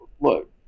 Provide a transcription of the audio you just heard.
look